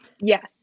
Yes